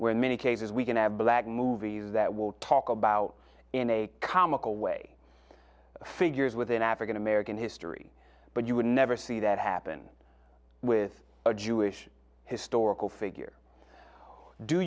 where in many cases we can add black movie that we'll talk about in a comical way figures within african american history but you would never see that happen with a jewish historical figure